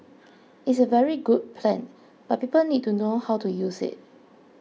is a very good plan but people need to know how to use it